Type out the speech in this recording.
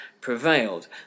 prevailed